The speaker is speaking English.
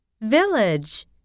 village